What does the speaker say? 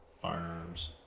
Firearms